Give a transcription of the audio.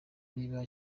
riba